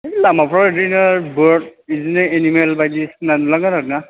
है लामाफ्रा बिदिनो बार्द बिदिनो एनिमेल बायदिसिना नुलांगोन आरो ना